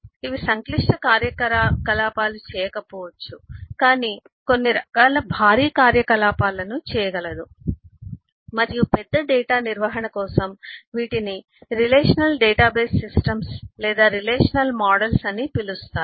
ఇవి సంక్లిష్ట కార్యకలాపాలు చేయకపోవచ్చు కాని కొన్ని రకాల భారీ కార్యకలాపాలను చేయగలదు మరియు పెద్ద డేటా నిర్వహణ కోసం వీటిని రిలేషనల్ డేటాబేస్ సిస్టమ్స్ లేదా రిలేషనల్ మోడల్స్ అని పిలుస్తారు